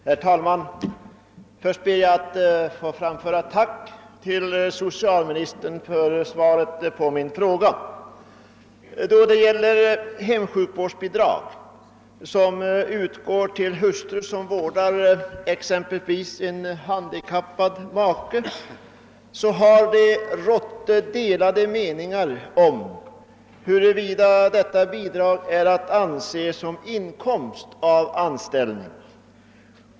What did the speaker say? Herr talman! Jag ber att få framföra ett tack till socialministern för svaret på min fråga. Då det gäller hemsjukvårdsbidrag som utgår till hustru som vårdar exempelvis en handikappad make har det rått delade meningar om huruvida detta bidrag är att anse som inkomst av anställning.